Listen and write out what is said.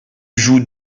joue